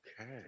Okay